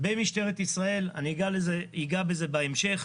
במשטרת ישראל, אני אגע בזה בהמשך.